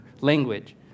language